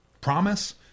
promise